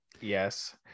Yes